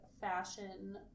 fashion